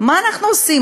מה אנחנו עושים?